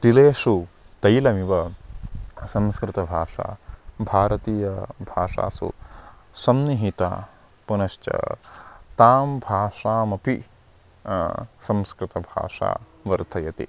तिलेषु तैलमिव संस्कृतभाषा भारतीयभाषासु सन्निहिता पुनश्च तां भाषामपि संस्कृतभाषा वर्धयति